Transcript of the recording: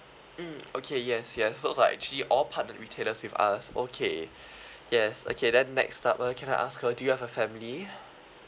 mm okay yes yes sounds like actually all partnered retailers with us okay yes okay then next up uh can I ask uh do you have a family